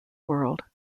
world